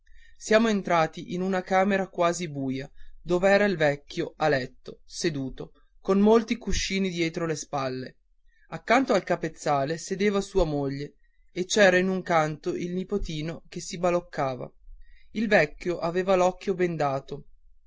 siamo entrati in una camera quasi buia dov'era il vecchio a letto seduto con molti cuscini dietro le spalle accanto al capezzale sedeva sua moglie e c'era in un canto il nipotino che si baloccava il vecchio aveva l'occhio bendato